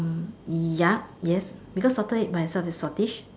ya yes because Salted Egg by itself is very saltish